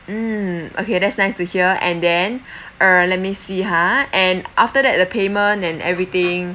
mm okay that's nice to hear and then uh let me see ha and after that the payment and everything